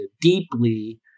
deeply